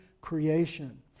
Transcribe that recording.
creation